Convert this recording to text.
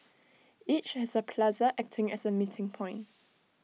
each has A plaza acting as A meeting point